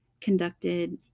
conducted